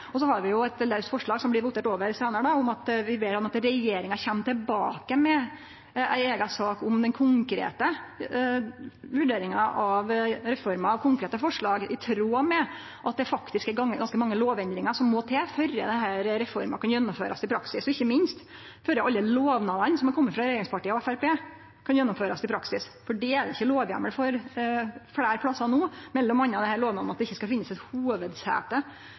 har også eit laust forslag, som blir votert over seinare, om at vi ber regjeringa kome tilbake med ei eiga sak om den konkrete vurderinga av reforma, konkrete forslag, i tråd med at det faktisk er ganske mange lovendringar som må til før denne reforma kan gjennomførast i praksis, og ikkje minst før alle lovnadene som har kome frå regjeringspartia og Framstegspartiet, kan gjennomførast i praksis. For dei er det fleire plassar ikkje lovheimel for no, m.a. lovnaden om at det ikkje skal finnast eit hovudsete i dei nye, større domstolane. Alle domstolar skal faktisk oppretthaldast, og så skal det ikkje vere noko hovudsete,